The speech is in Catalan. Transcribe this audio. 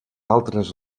altres